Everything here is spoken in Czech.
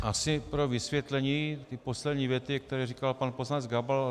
Asi pro vysvětlení té poslední věty, kterou říkal pan poslanec Gabal.